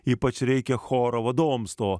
ypač reikia choro vadovams to